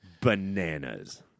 bananas